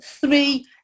three